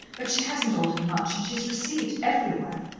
but she hasn't altered much, and she's received everywhere.